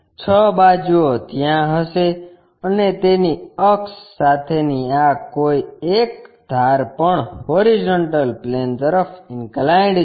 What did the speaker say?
6 બાજુઓ ત્યાં હશે અને તેની અક્ષ સાથેની આ કોઈ એક ધાર પણ હોરીઝોન્ટલ પ્લેન તરફ ઇન્કલાઇન્ડ છે